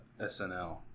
SNL